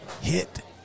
Hit